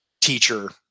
teacher